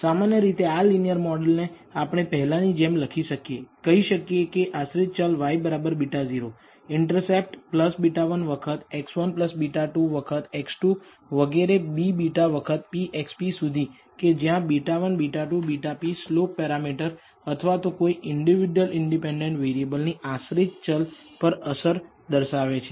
સામાન્ય રીતે આ લીનીયર મોડલને આપણે પહેલાની જેમ લખી શકીએ કહી શકીએ કે આશ્રિત ચલ y β0 ઈંટરસેપ્ટ β1 વખત x1 β2 વખત x2 વગેરે b β વખત pxp સુધી કે જ્યાં β1 β2 βp સ્લોપ પેરામીટર અથવા તો કોઈ ઇંડીવિડ્યૂઅલ સ્વતંત્ર ચલની આશ્રિત ચલ પર અસર દર્શાવે છે